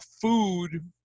food